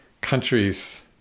countries